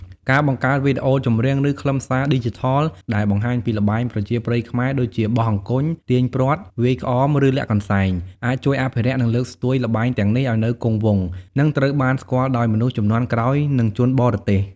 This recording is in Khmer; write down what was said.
ការបង្កើតវីដេអូចម្រៀង ឬខ្លឹមសារឌីជីថលដែលបង្ហាញពីល្បែងប្រជាប្រិយខ្មែរ ដូចជា បោះអង្គញ់ ទាញព្រ័ត្រ វាយក្អម ឬលាក់កន្សែង អាចជួយអភិរក្ស និងលើកស្ទួយល្បែងទាំងនេះឱ្យនៅគង់វង្ស និងត្រូវបានស្គាល់ដោយមនុស្សជំនាន់ក្រោយ និងជនបរទេស។